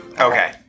Okay